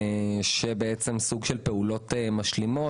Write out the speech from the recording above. סוג של פעולות משלימות.